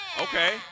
Okay